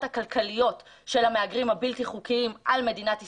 הכלכליות של המהגרים הבלתי חוקיים על מדינת ישראל,